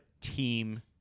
team